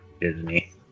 Disney